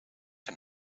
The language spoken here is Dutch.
een